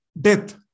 death